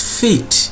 fit